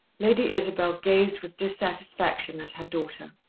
lady isabel gazed with dissatisfaction at her daughter.